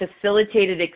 facilitated